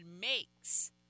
makes